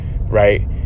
right